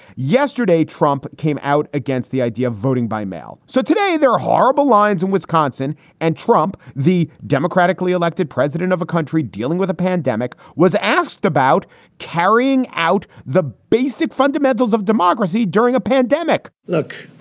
yesterday, trump came out against the idea of voting by mail. so today, they're horrible lines in wisconsin and trump, the democratically elected president of a country dealing with a pandemic, was asked about carrying out the basic fundamentals of democracy during a pandemic look,